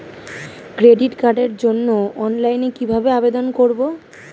Credit কার্ডের জন্য অনলাইনে কিভাবে আবেদন করব?